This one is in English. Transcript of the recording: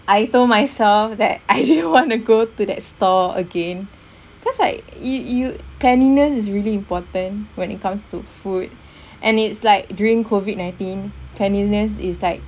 I told myself that I didn't want to go to that stall again cause like you you cleanliness is really important when it comes to food and it's like during COVID nineteen cleanliness is like